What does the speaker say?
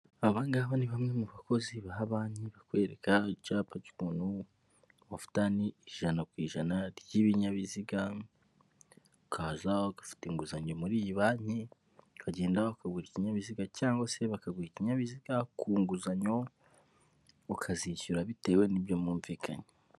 Aba ngaba ni bamwe mu bakozi ba banki bakwereka icyapa cy'umuntu, wapatanye ijana ku ijana ry'ibinyabiziga ukaza bagafata inguzanyo muri iyi banki bagenda bakagura ikinyabiziga, cyangwa se bakaguha ikinyabiziga ku nguzanyo, ukazishyura bitewe n'ibyo bumvikanye.